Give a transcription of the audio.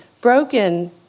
broken